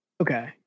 okay